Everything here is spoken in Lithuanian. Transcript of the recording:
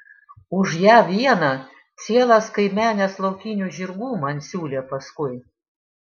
už ją vieną cielas kaimenes laukinių žirgų man siūlė paskui